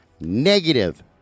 Negative